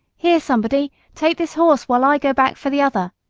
here somebody! take this horse while i go back for the other.